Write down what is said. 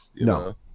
no